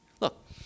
Look